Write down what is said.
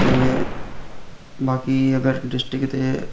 ते बाकी अगर डिस्ट्रिक ते